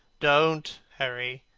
don't, harry.